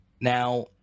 Now